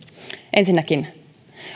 ensinnäkin